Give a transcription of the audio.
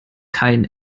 kein